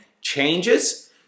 changes